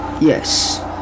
Yes